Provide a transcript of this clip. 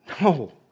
No